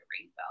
rainbow